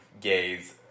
gays